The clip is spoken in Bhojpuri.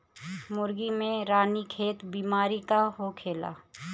मुर्गी में रानीखेत बिमारी का होखेला?